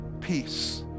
peace